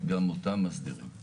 מירב בן ארי, יו”ר ועדת ביטחון פנים: